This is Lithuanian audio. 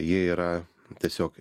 jie yra tiesiog